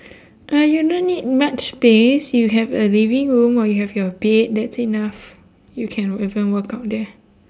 uh you no need much space you have a living room while you have your bed that's enough you can even workout there